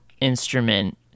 instrument